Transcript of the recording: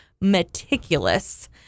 meticulous